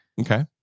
Okay